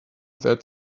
that